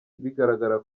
bigaragara